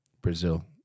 Brazil